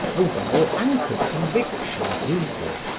a well-anchored conviction, he thought,